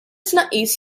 tnaqqis